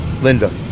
Linda